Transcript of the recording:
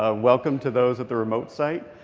ah welcome to those at the remote site.